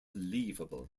believable